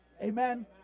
Amen